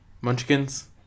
munchkins